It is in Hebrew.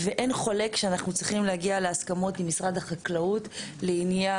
אין חולק שאנחנו צריכים להגיע להסכמות עם משרד החקלאות לעניין